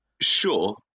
Sure